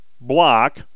block